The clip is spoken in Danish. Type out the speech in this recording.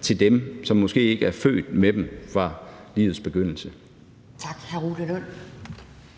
til dem, som måske ikke er født med dem og ikke har haft dem